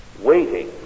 waiting